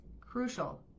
crucial